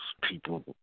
people